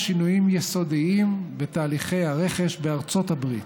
שינויים יסודיים בתהליכי הרכש בארצות הברית,